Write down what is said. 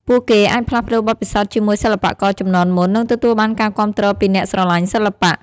ពួកគេអាចផ្លាស់ប្តូរបទពិសោធន៍ជាមួយសិល្បករជំនាន់មុន និងទទួលបានការគាំទ្រពីអ្នកស្រឡាញ់សិល្បៈ។